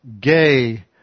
gay